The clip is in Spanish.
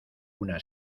una